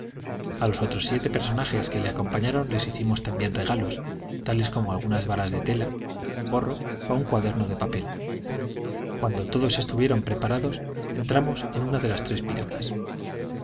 a los otros siete personajes que le acompañaron les hicimos también regalos tales como algunas varas de tela un gorro o un cuaderno de papel cuando todos estuvieron preparados entramos en una de las tres piraguas